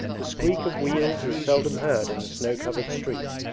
the squeak of wheels is seldom heard in the snow-covered street.